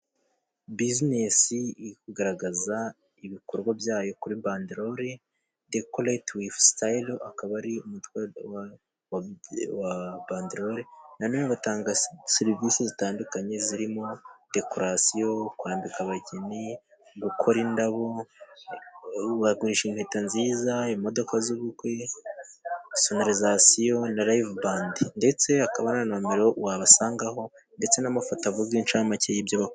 Business irikugaragaza ibikorwa byayo, kuri bandeloli the colet with style akaba ari umutwa wa bandlore na none batanga serivisi zitandukanye, zirimo decration kwambika abageni gukora indabo, bagurisha impeta nziza, imodoka z'ubukwe sonnesation na live band ndetse hakaba na nomero wabasangaho ndetse n'amafoto avuga inshamake y'ibyo bakora.